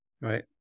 Right